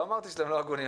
לא אמרתי שאתם לא הגונים,